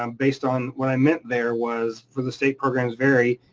um based on what i meant there was, for the state programs vary,